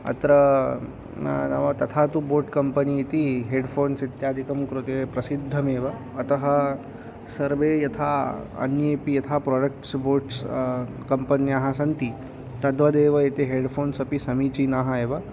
अत्र ना नाम तथा तु बोट् कम्पनी इति हेड् फ़ोन्स् इत्यादिकं कृते प्रसिद्धमेव अतः सर्वे यथा अन्येऽपि यथा प्रोडक्ट्स् बोट्स् कम्पन्याः सन्ति तद्वदेव एते हेड् फ़ोन्स् अपि समीचीनाः एव